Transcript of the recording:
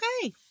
okay